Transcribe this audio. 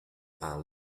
are